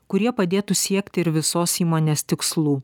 kurie padėtų siekti ir visos įmonės tikslų